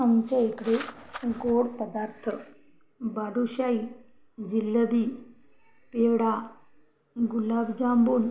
आमच्या इकडे गोड पदार्थ बालुशाही जिलबी पेढा गुलाबजामून